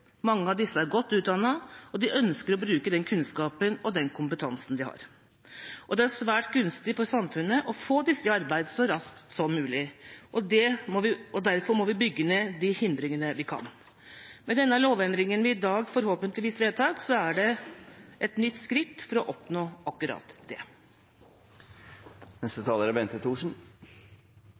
Mange av disse er godt utdannet, og de ønsker å bruke den kunnskapen og den kompetansen de har. Det er svært gunstig for samfunnet å få disse i arbeid så raskt som mulig, og derfor må vi bygge ned de hindringene vi kan. Den lovendringen vi i dag forhåpentligvis vedtar, er et nytt skritt for å oppnå akkurat det. Først og fremst vil jeg si takk til saksordføreren for ryddig og grei gjennomgang av saken. Det er